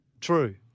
True